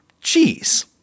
cheese